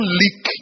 leak